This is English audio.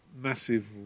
massive